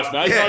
Nice